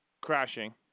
crashing